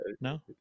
No